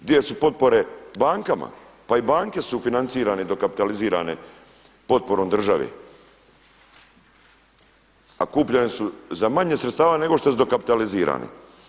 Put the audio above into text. Gdje su potpore bankama, pa i banke su financirane dokapitalizirane potporom države, a kupljene su za manje sredstava nego što su dokapitalizirane.